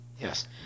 Yes